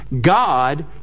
God